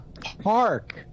park